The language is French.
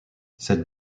cette